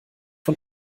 von